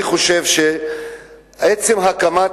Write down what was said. אני חושב שעצם הקמת